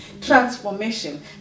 transformation